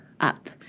up